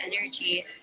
energy